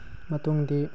ꯃꯇꯨꯡꯗꯤ